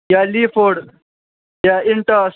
یا لیٖفوڈ یا اِنٹاس